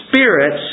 spirits